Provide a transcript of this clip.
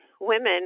women